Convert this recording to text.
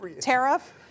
tariff